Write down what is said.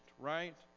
right